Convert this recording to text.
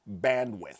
bandwidth